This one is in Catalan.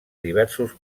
diversos